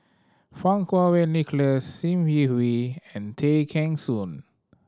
Fang Kuo Wei Nicholas Sim Yi Hui and Tay Kheng Soon